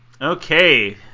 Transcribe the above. Okay